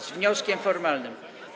Z wnioskiem formalnym.